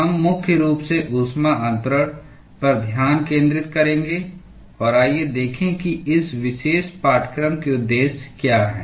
हम मुख्य रूप से ऊष्मा अन्तरण पर ध्यान केंद्रित करेंगे और आइए देखें कि इस विशेष पाठ्यक्रम के उद्देश्य क्या हैं